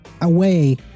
away